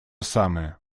самое